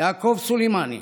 יעקב סולימאני